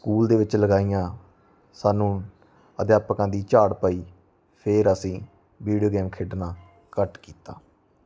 school ਦੇ ਵਿੱਚ ਲਗਾਈਆਂ ਸਾਨੂੰ ਅਧਿਆਪਕਾਂ ਦੀ ਝਾੜ ਪਾਈ ਫੇਰ ਅਸੀਂ ਵੀਡੀਓ ਗੇਮ ਖੇਡਣਾ ਘੱਟ ਕੀਤਾ